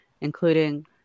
including